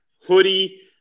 hoodie